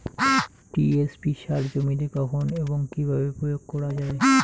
TSP সার জমিতে কখন এবং কিভাবে প্রয়োগ করা য়ায়?